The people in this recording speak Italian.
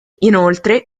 inoltre